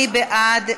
מי בעד?